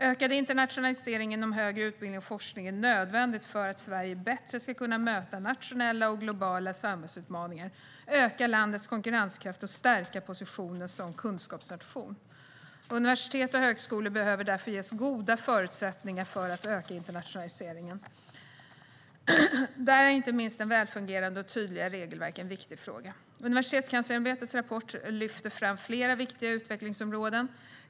Ökad internationalisering inom högre utbildning och forskning är nödvändig för att Sverige bättre ska kunna möta nationella och globala samhällsutmaningar, öka landets konkurrenskraft och stärka positionen som kunskapsnation. Universitet och högskolor behöver därför ges goda förutsättningar för att öka internationaliseringen. Där är inte minst välfungerande och tydliga regelverk en viktig fråga. Universitetskanslersämbetets rapport lyfter fram flera viktiga utvecklingsområden.